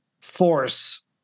force